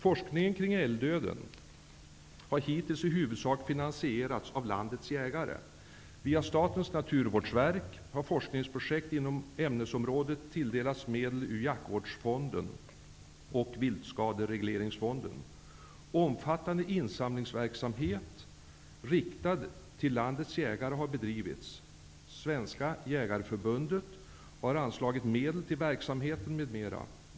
Forskningen kring älgdöden har hittills i huvudsak finansierats av landets jägare. Via Statens naturvårdsverk har forskningsprojekt inom ämnesområdet tilldelats medel ur Jaktvårdsfonden och Viltskaderegleringsfonden. Omfattande insamlingsverksamhet riktad till landets jägare har bedrivits. Svenska jägareförbundet har anslagit medel til verksamheten m.m.